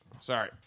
Sorry